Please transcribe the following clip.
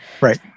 Right